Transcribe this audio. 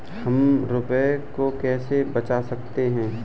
हम रुपये को कैसे बचा सकते हैं?